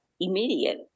immediate